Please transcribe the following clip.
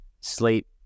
sleep